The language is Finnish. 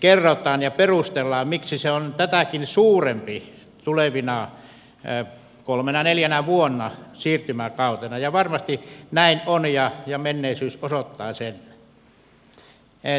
kerrotaan ja perustellaan miksi se on tätäkin suurempi tulevina kolmena neljänä vuonna siirtymäkautena ja varmasti näin on ja menneisyys osoittaa sen